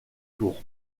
tour